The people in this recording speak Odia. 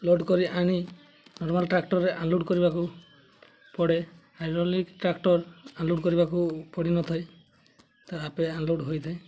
ଲୋଡ଼ କରି ଆଣି ନର୍ମାଲ୍ ଟ୍ରାକ୍ଟରରେ ଅନଲୋଡ଼୍ କରିବାକୁ ପଡ଼େ ହାଇଡ଼୍ରୋଲିକ ଟ୍ରାକ୍ଟର ଅନଲୋଡ଼୍ କରିବାକୁ ପଡ଼ିନଥାଏ ତା ଆପେ ଅନଲୋଡ଼୍ ହୋଇଥାଏ